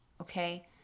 okay